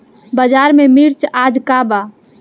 बाजार में मिर्च आज का बा?